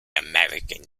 american